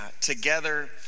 together